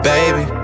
Baby